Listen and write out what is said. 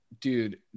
dude